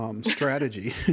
strategy